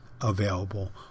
available